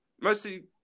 mostly